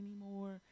anymore